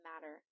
matter